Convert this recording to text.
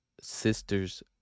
sister's